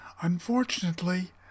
unfortunately